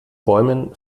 bäumen